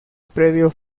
predio